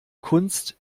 kunst